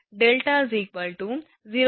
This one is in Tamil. இப்போது r 1 cm 0